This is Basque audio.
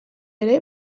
ere